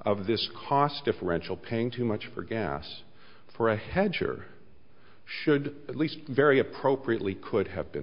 of this cost differential paying too much for gas for a hedge or should at least very appropriately could have been